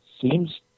seems